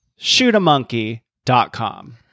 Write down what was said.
shootamonkey.com